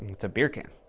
it's a beer can.